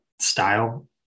style